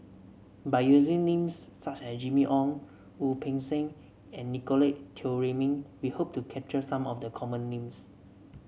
by using names such as Jimmy Ong Wu Peng Seng and Nicolette Teo Wei Min we hope to capture some of the common names